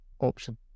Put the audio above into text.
option